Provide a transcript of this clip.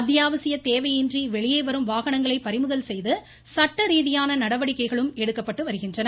அத்தியாவசிய தேவையின்றி வெளியே வரும் வாகனங்களை பறிமுதல் செய்து சட்ட ரீதியான நடவடிக்கைகளும் எடுக்கப்பட்டு வருகின்றன